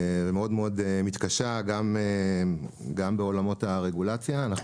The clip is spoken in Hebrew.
ומאוד מאוד מתקשה גם בעולמות הרגולציה.